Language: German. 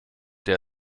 der